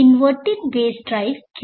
inverted base drive Q1 के लिए जाएगी